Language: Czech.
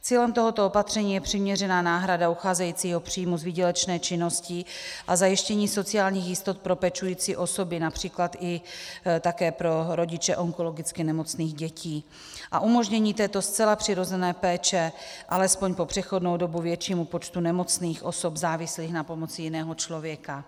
Cílem tohoto opatření je přiměřená náhrada ucházejícího příjmu z výdělečné činnosti a zajištění sociálních jistot pro pečující osoby, např. i pro rodiče onkologicky nemocných dětí, a umožnění této zcela přirozené péče alespoň po přechodnou dobu většímu počtu nemocných osob závislých na pomoci jiného člověka.